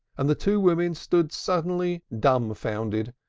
and the two women stood suddenly dumbfounded,